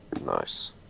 Nice